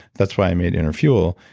that's why i made inner fuel.